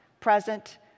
present